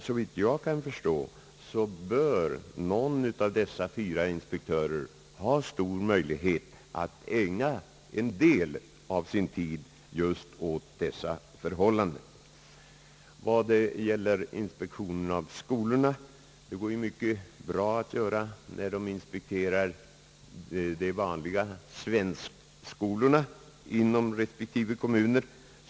Såvitt jag förstår bör någon av de fyra inspektörerna ha stora möjligheter att ägna en del av sin tid just åt dessa förhållanden. Inspektionen av skolorna går mycket bra att göra när det gäller de vanliga svenskskolorna inom respektive kommuner.